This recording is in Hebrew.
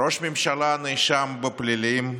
ראש ממשלה נאשם בפלילים,